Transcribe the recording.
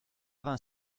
vingt